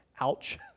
Ouch